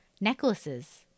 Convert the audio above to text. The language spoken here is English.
necklaces